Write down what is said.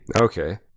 Okay